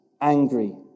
angry